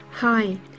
Hi